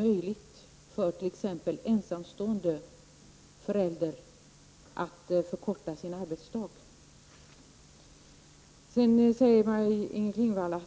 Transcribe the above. Maj-Inger Klingvall säger att